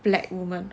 black woman